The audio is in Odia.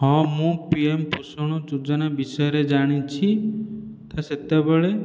ହଁ ମୁଁ ପିଏମ୍ ପୋଷଣ ଯୋଜନା ବିଷୟରେ ଜାଣିଛି ତ ସେତେବେଳେ